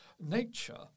nature